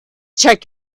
check